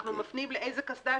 אנחנו מפנים לאיזו קסדה,